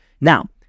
Now